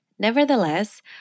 Nevertheless